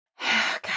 God